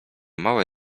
małe